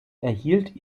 erhielt